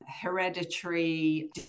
hereditary